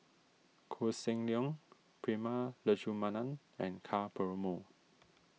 Koh Seng Leong Prema Letchumanan and Ka Perumal